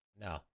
No